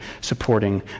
supporting